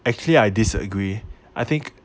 actually I disagree I think